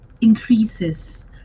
increases